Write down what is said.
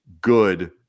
good